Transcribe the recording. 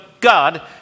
God